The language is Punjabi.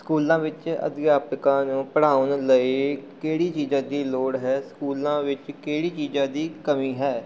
ਸਕੂਲਾਂ ਵਿੱਚ ਅਧਿਆਪਿਕਾ ਨੂੰ ਪੜ੍ਹਾਉਣ ਲਈ ਕਿਹੜੀ ਚੀਜ਼ਾਂ ਦੀ ਲੋੜ ਹੈ ਸਕੂਲਾਂ ਵਿੱਚ ਕਿਹੜੀ ਚੀਜ਼ਾਂ ਦੀ ਕਮੀ ਹੈ